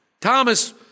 Thomas